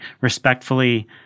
Respectfully